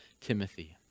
Timothy